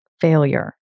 failure